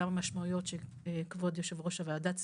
גם המשמעויות שכבוד יושב ראש הוועדה ציין,